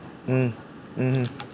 mm mmhmm